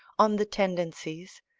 on the tendencies,